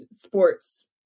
sports